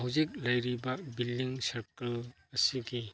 ꯍꯧꯖꯤꯛ ꯂꯩꯔꯤꯕ ꯕꯤꯜꯗꯤꯡ ꯁꯥꯔꯀꯜ ꯑꯁꯤꯒꯤ